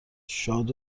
شاد